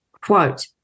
quote